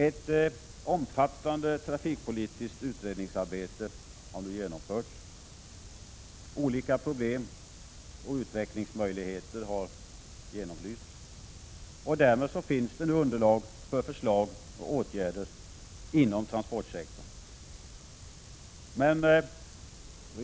Ett omfattande trafikpolitiskt utredningsarbete har nu genomförts. Olika problem och utvecklingsmöjligheter har genomlysts, och därmed finns det nu underlag för förslag till åtgärder inom transportsektorn.